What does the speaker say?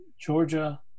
georgia